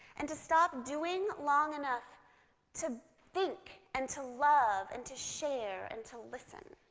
and to stop doing long enough to think, and to love, and to share, and to listen.